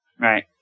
right